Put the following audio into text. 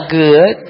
good